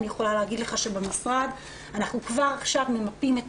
אני יכולה להגיד לך שבמשרד אנחנו כבר עכשיו ממפים את